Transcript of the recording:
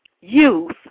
youth